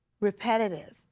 Repetitive